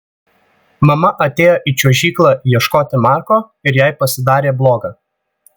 mama atėjo į čiuožyklą ieškoti marko ir jai pasidarė bloga